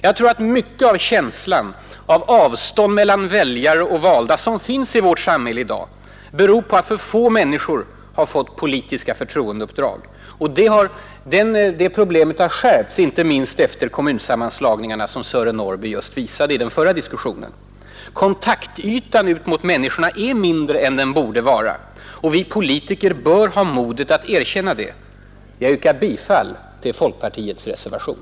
Jag tror att mycket av den känsla av avstånd mellan väljare och valda som finns i vårt samhälle i dag beror på att för få människor har fått politiska förtroendeuppdrag. Och det problemet har skärpts, inte minst efter kommunsammanslagningarna, som Sören Norrby visade i den förra diskussionen. Kontaktytan ut mot människorna är mindre än den borde vara, och vi politiker bör ha modet att erkänna det. Jag yrkar bifall till folkpartiets reservation.